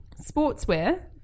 sportswear